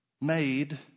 made